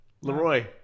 Leroy